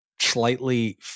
Slightly